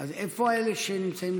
בבקשה, חבר הכנסת כסיף.